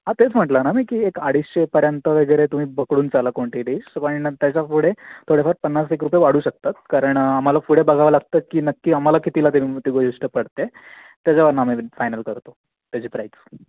हां तेच म्हटलं ना मी की एक अडीचशेपर्यंत वगैरे तुम्ही पकडून चाला कोणतीही डिश पण त्याच्या पुढे थोडे फार पन्नास एक रुपये वाढू शकतात कारण आम्हाला पुढे बघावं लागतं की नक्की आम्हाला कितीला ते ती गोष्ट पडते त्याच्यावरनं आम्ही फायनल करतो त्याची प्राईज